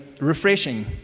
refreshing